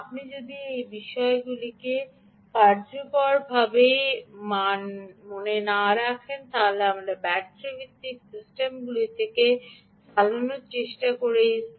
সুতরাং আপনি যদি এই বিষয়গুলিকে কার্যকরভাবে মনে না রাখেন তবে আমরা ব্যাটারি ভিত্তিক সিস্টেমগুলি থেকে চালানোর চেষ্টা করে